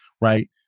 right